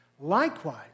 Likewise